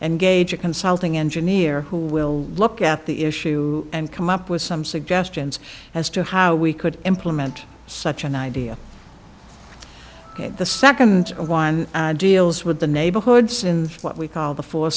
and gage a consulting engineer who will look at the issue and come up with some suggestions as to how we could implement such an idea the second one deals with the neighborhoods in what we call befor